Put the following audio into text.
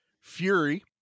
Fury